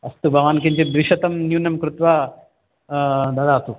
अस्तु भवान् किञ्चित् द्विशतं न्यूनं कृत्वा ददातु